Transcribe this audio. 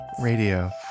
Radio